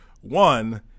One